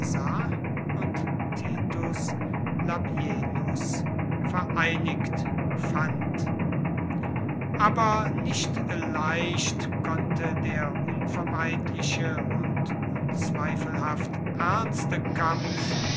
und titus labienus vereinigt fand aber nicht leicht konnte der unvermeidliche und unzweifelhaft ernste kampf